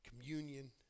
communion